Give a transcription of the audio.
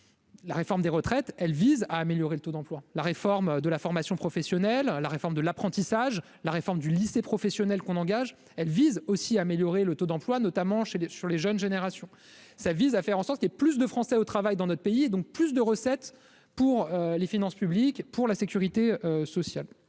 La réforme des retraites, elle vise à améliorer le taux d'emploi, la réforme de la formation professionnelle, la réforme de l'apprentissage, la réforme du lycée professionnel qu'on engage elle vise aussi à améliorer le taux d'emploi, notamment chez les sur les jeunes générations, ça vise à faire en sorte qu'il y ait plus de français au travail dans notre pays et donc plus de recettes pour les finances publiques. Pour la sécurité sociale,